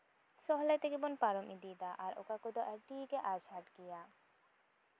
ᱥᱚᱦᱞᱮ ᱛᱮᱜᱮ ᱵᱚᱱ ᱯᱟᱨᱚᱢ ᱤᱫᱤᱭ ᱫᱟ ᱟᱨ ᱚᱠᱟ ᱠᱚᱫᱚ ᱟᱹᱰᱤ ᱟᱸᱡᱷᱟᱴ ᱜᱮᱭᱟ